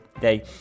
day